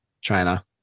china